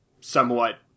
somewhat